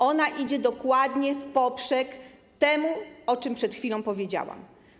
Ona idzie dokładnie w poprzek tego, o czym przed chwilą powiedziałam.